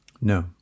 No